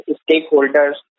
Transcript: stakeholders